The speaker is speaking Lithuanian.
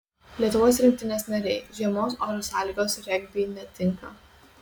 lietuvos rinktinės nariai žiemos oro sąlygos regbiui netinka